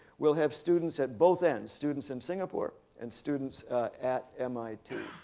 we'll have students at both ends, students in singapore and students at mit.